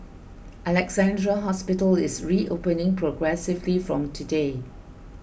Alexandra Hospital is reopening progressively from today